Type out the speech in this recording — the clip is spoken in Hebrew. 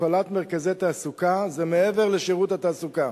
הפעלת מרכזי תעסוקה, זה מעבר לשירות התעסוקה.